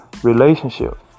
relationship